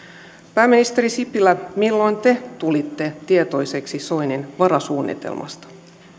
pääministeri sipilä milloin te tulitte tietoiseksi soinin varasuunnitelmasta